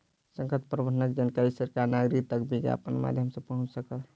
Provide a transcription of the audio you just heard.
संकट प्रबंधनक जानकारी सरकार नागरिक तक विज्ञापनक माध्यम सॅ पहुंचा सकल